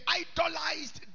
idolized